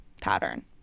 pattern